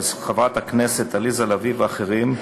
של חברת הכנסת עליזה לביא ואחרים,